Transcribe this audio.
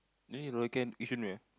then you Yishun punya